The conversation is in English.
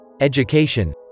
education